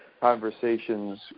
conversations